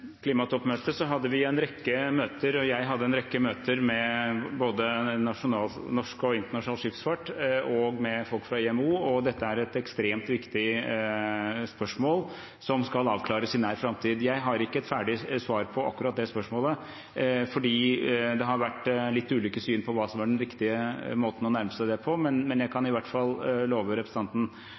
både norsk og internasjonal skipsfart og med folk fra IMO, og dette er et ekstremt viktig spørsmål som skal avklares i nær framtid. Jeg har ikke et ferdig svar på akkurat det spørsmålet, for det har vært litt ulike syn på hva som var den riktige måten å nærme seg det på, men jeg kan i hvert fall love representanten